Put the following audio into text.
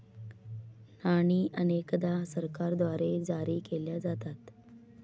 नाणी अनेकदा सरकारद्वारे जारी केल्या जातात